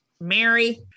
Mary